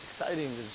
exciting